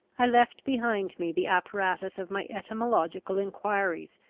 i left behind me the apparatus of my etymological enquiries,